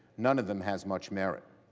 none of them has much merit.